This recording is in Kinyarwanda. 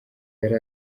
yari